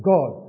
God